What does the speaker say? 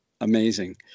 amazing